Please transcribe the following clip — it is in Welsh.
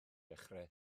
dechrau